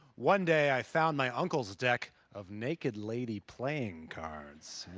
one day i found my uncle's deck of naked lady playing cards,